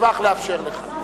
אשמח לאפשר לך.